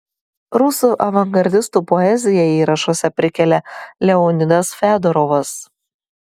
rusų avangardistų poeziją įrašuose prikelia leonidas fedorovas